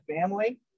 family